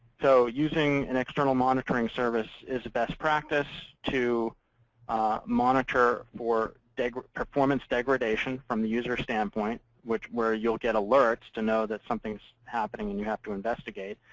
so using an external monitoring service is a best practice to monitor for performance degradation from the user standpoint, where you'll get alerts to know that something's happening, and you have to investigate.